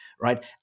right